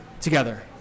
together